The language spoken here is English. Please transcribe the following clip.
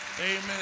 Amen